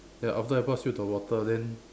ya after I pass you the water then